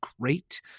great